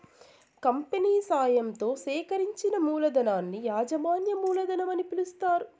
company సాయంతో సేకరించిన మూలధనాన్ని యాజమాన్య మూలధనం అని పిలుస్తారు